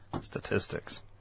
statistics